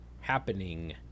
happening